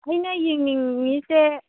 ꯑꯩꯅ ꯌꯦꯡꯅꯤꯡꯉꯤꯁꯦ